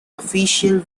official